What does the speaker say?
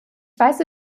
weise